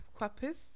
quapis